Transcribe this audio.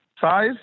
size